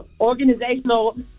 organizational